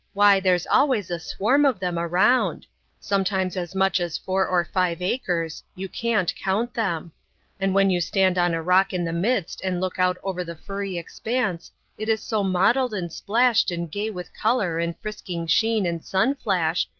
why, there's always a swarm of them around sometimes as much as four or five acres you can't count them and when you stand on a rock in the midst and look out over the furry expanse it is so mottled and splashed and gay with color and frisking sheen and sun-flash,